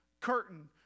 curtain